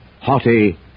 haughty